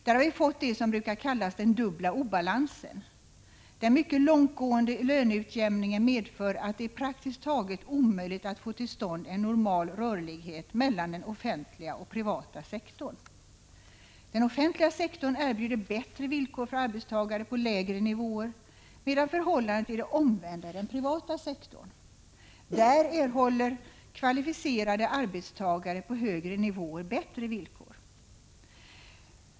Där har vi fått det som brukar kallas den dubbla obalansen. Den mycket långt gående löneutjämningen medför att det är praktiskt taget omöjligt att få till stånd en normal rörlighet mellan den offentliga och den privata sektorn. Den offentliga sektorn erbjuder bättre villkor för arbetstagare på lägre nivåer, medan förhållandet är det omvända i den privata sektorn. Där erhåller kvalificerade arbetstagare på högre nivåer bättre villkor.